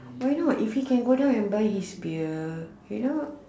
why not if he can go down and buy his beer